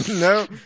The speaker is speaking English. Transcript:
No